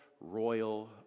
royal